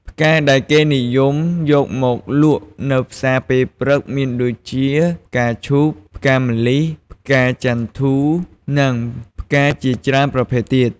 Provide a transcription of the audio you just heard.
ផ្កាដែលគេនិយមយកមកលក់នៅផ្សារពេលព្រឹកមានដូចជា ផ្កាឈូក ផ្កាម្លិះ ផ្កាចន្ធូ និងផ្កាជាច្រើនប្រភេទទៀត។